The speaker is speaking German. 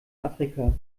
afrika